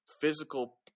physical